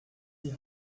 die